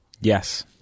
Yes